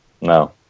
No